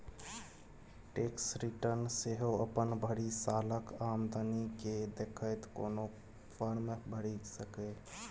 tax return सेहो अपन भरि सालक आमदनी केँ देखैत कोनो फर्म भरि सकैए